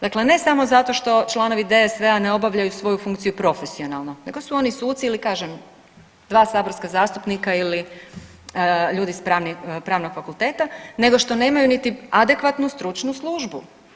Dakle, ne samo zato što članovi DSV-a ne obavljaju svoju funkciju profesionalno nego su oni suci ili kažem 2 saborska zastupnika ili ljudi s Pravnog fakulteta nego što nemaju ni adekvatnu stručnu službu.